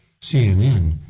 CNN